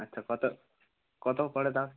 আচ্ছা কত কত পড়ে তাও